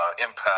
impact